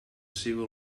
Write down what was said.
civil